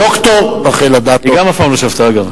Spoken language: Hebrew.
ד"ר רחל אדטו, היא גם אף פעם לא שבתה, אגב.